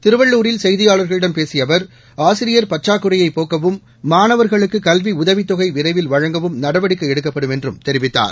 திருவள்ளூரில் செய்தியாளர்கள்டம் பேசிய அவர் ஆசிரியர் பற்றாக்குறையைப் போக்கவும் மாணவர்களுக்கு கல்வி உதவித் தொகை விரைவில் வழங்கவும் நடவடிக்கை எடுக்கப்படும் என்றும் தெரிவித்தார்